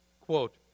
Quote